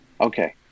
Okay